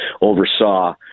oversaw